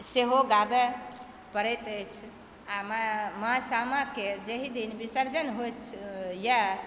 सेहो गाबय पड़ैत अछि आ माँ सामाकेँ जाहि दिन विसर्जन होइतए